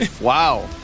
Wow